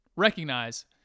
recognize